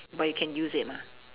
but you can use it mah